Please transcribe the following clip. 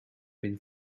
been